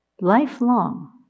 Lifelong